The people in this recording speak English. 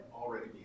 already